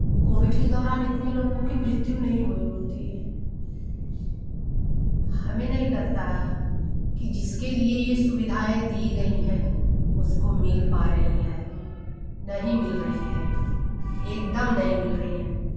Covid के दौरान इतने लोगों की मृत्यु नहीं हुई होती हमें नहीं लगता कि जिसके लिए यह सुविधाएँ दी गई हैं उसको मिल पा रही है नहीं मिल रही है एकदम नहीं मिल रही है